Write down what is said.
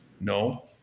No